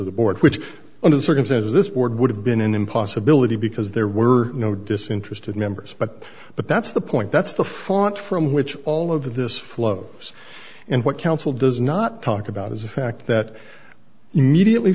of the board which under the circumstances this board would have been an impossibility because there were no disinterested members but but that's the point that's the font from which all of this flows and what counsel does not talk about is the fact that immediately